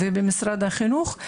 ובמשרד החינוך,